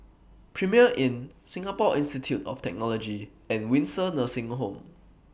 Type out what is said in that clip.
Premier Inn Singapore Institute of Technology and Windsor Nursing Home